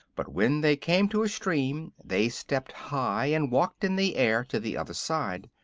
but when they came to a stream they stepped high and walked in the air to the other side.